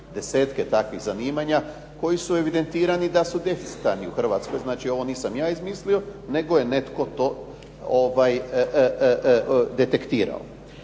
desetke takvih zanimanja koji su evidentirani da su deficitarni u Hrvatskoj. Znači ovo nisam ja izmislio nego je netko to detektirao.